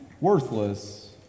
worthless